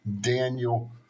Daniel